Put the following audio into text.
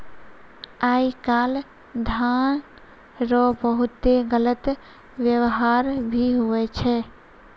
आय काल धन रो बहुते गलत वेवहार भी हुवै छै